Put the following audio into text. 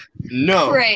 No